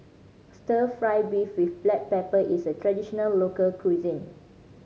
Stir Fry beef with black pepper is a traditional local cuisine